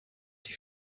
die